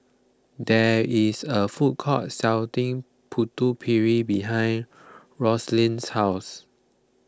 there is a food court selling Putu Piring behind Raelynn's house